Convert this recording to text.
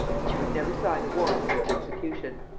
and she would never sign a warrant for its execution.